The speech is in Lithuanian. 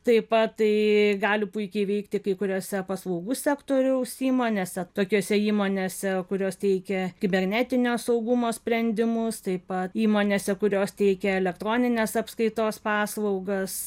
taip pat tai gali puikiai veikti kai kuriose paslaugų sektoriaus įmonėse tokiose įmonėse kurios teikia kibernetinio saugumo sprendimus taip pat įmonėse kurios teikia elektroninės apskaitos paslaugas